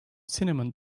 cinnamon